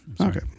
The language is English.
Okay